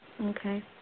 Okay